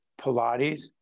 Pilates